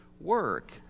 work